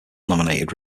nominated